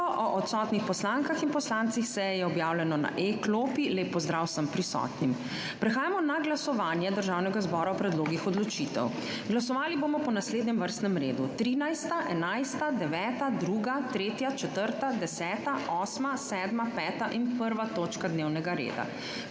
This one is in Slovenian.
o odsotnih poslankah in poslancih s seje je objavljeno na e-klopi. Lep pozdrav vsem prisotnim! Prehajamo na glasovanje državnega zbora o predlogih odločitev. Glasovali bomo po naslednjem vrstnem redu: 13., 11., 9., 2., 3., 4., 10., 8., 7., 5. in 1. točka dnevnega reda.